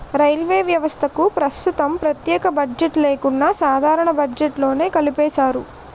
railway వ్యవస్థకు ప్రస్తుతం ప్రత్యేక బడ్జెట్ లేకుండా సాధారణ బడ్జెట్లోనే కలిపేశారు